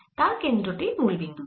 তার কেন্দ্র টি মুল বিন্দু তে